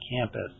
campus